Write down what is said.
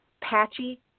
patchy